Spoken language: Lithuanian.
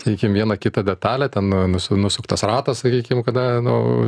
sakykim vieną kitą detalę ten nusu nusuktas ratas sakykim kada nu